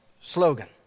slogan